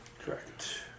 Correct